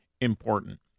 important